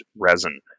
resin